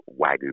Wagyu